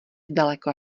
zdaleka